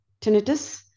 tinnitus